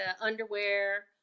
underwear